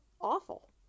awful